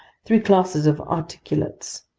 three classes of articulates,